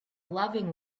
loving